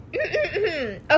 okay